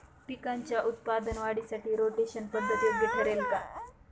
पिकाच्या उत्पादन वाढीसाठी रोटेशन पद्धत योग्य ठरेल का?